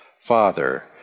Father